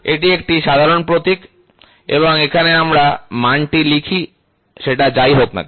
এটি একটি সাধারণ প্রতীক এবং এখানে আমরা মানটি লিখি সেটা যাইহোক না কেন